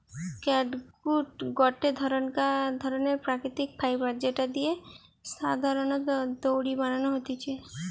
catgut গটে ধরণের প্রাকৃতিক ফাইবার যেটা দিয়ে সাধারণত দড়ি বানানো হতিছে